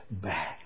back